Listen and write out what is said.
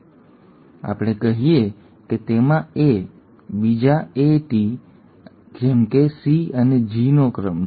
ચાલો આપણે કહીએ કે તેમાં A બીજા A T બીજા T જેમ કે C અને G નો ક્રમ છે